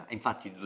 Infatti